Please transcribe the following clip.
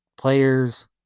Players